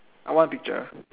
one picture